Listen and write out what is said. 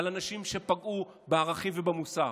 על אנשים שפגעו בערכים ובמוסר.